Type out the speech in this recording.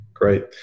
Great